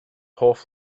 hoff